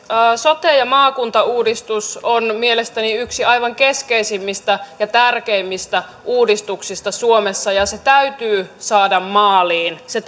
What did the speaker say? sote ja maakuntauudistus on mielestäni yksi aivan keskeisimmistä ja tärkeimmistä uudistuksista suomessa ja se täytyy saada maaliin se